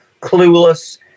clueless